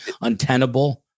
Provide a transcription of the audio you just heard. untenable